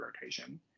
rotation